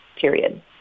period